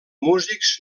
músics